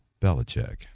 Belichick